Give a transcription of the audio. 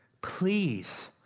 please